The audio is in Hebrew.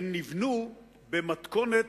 נבנו במתכונת